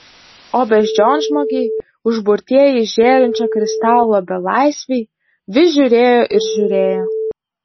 o beždžionžmogiai užburtieji žėrinčio kristalo belaisviai vis žiūrėjo ir žiūrėjo